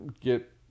get